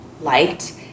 liked